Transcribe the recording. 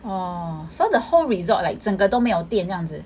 orh so the whole resort like 整个都没有电这样子